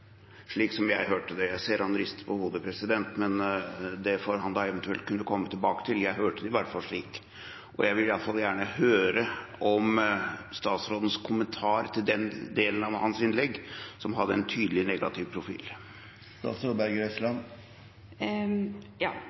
slik som jeg hørte det. Jeg ser at han rister på hodet, president, men det får han da eventuelt kunne komme tilbake til – jeg hørte det i hvert fall slik. Jeg vil i alle fall gjerne høre statsrådens kommentar til den delen av hans innlegg som hadde en tydelig negativ profil.